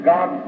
God